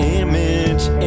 image